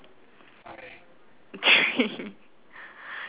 three